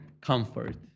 comfort